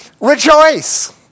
rejoice